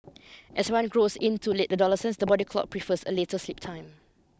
as one grows into late adolescence the body clock prefers a later sleep time